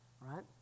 right